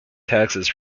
taxes